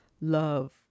Love